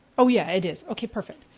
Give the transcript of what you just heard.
oh yeah, it is, okay, perfect,